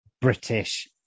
British